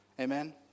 Amen